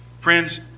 Friends